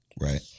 Right